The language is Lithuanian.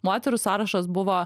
moterų sąrašas buvo